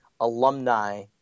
alumni